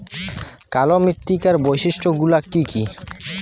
কালো মৃত্তিকার বৈশিষ্ট্য গুলি কি কি?